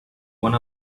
one